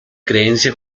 creencia